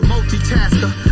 Multitasker